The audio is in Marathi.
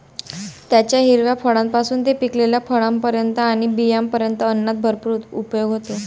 त्याच्या हिरव्या फळांपासून ते पिकलेल्या फळांपर्यंत आणि बियांपर्यंत अन्नात भरपूर उपयोग होतो